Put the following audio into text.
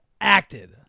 acted